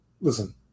listen